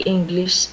English